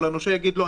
אבל הנושא יגיד: לא,